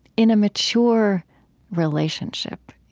in a mature relationship,